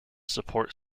support